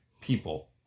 people